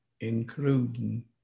including